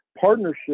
partnership